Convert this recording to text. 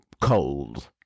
cold